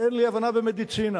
אין לי הבנה במדיצינה.